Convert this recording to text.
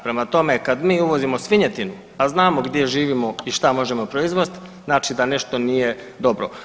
Prema tome, kad mi uvozimo svinjetinu, a znamo gdje živimo i šta možemo proizvesti znači da nešto nije dobro.